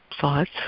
thoughts